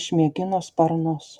išmėgino sparnus